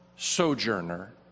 sojourner